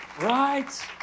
Right